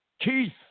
Keith